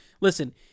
Listen